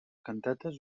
cantates